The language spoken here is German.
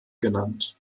genannt